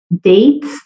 dates